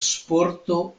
sporto